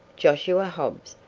josiah hobbs!